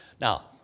Now